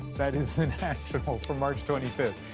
that is the national for march twenty fifth.